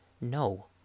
No